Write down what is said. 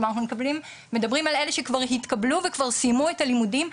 כלומר אנחנו מדברים על אלה שכבר התקבלו וסיימו את הלימודים,